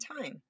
time